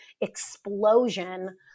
explosion